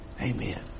Amen